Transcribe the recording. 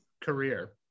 career